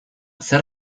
zer